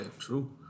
true